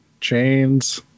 chains